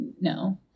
no